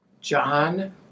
John